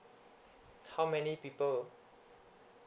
how many people